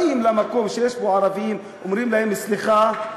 באים למקום שיש בו ערבים ואומרים להם: סליחה,